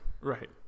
right